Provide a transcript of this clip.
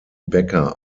becker